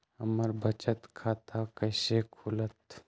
हमर बचत खाता कैसे खुलत?